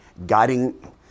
Guiding